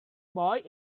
boy